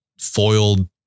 foiled